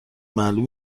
معلوم